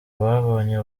babonye